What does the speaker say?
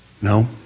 No